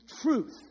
truth